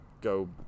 go